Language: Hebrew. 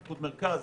פיקוד מרכז